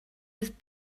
his